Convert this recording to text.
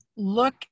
look